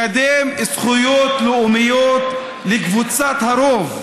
לקדם זכויות לאומיות לקבוצת הרוב?